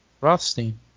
Rothstein